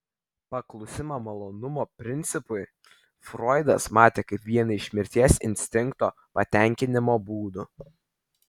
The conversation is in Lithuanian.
paklusimą malonumo principui froidas matė kaip vieną iš mirties instinkto patenkinimo būdų